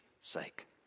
sake